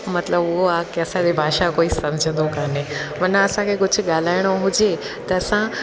मतिलबु उहो आहे की असांजी भाषा कोई सम्झंदो कान्हे वरना असांखे कुझु ॻाल्हाइणो हुजे त असां